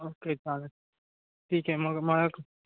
okay चालेल ठीक आहे मग मला